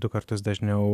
du kartus dažniau